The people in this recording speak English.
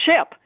ship